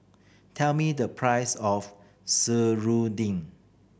tell me the price of seruding